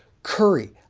curry,